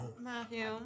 Matthew